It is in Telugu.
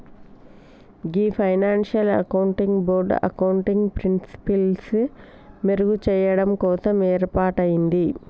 గీ ఫైనాన్షియల్ అకౌంటింగ్ బోర్డ్ అకౌంటింగ్ ప్రిన్సిపిల్సి మెరుగు చెయ్యడం కోసం ఏర్పాటయింది